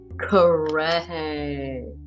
correct